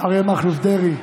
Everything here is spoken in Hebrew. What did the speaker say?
אריה מכלוף דרעי,